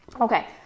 Okay